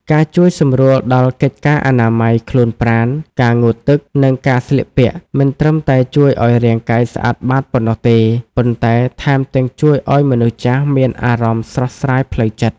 ការជួយសម្រួលដល់កិច្ចការអនាម័យខ្លួនប្រាណ ការងូតទឹក និងការស្លៀកពាក់ មិនត្រឹមតែជួយឱ្យរាងកាយស្អាតបាតប៉ុណ្ណោះទេ ប៉ុន្តែថែមទាំងជួយឱ្យមនុស្សចាស់មានអារម្មណ៍ស្រស់ស្រាយផ្លូវចិត្ត។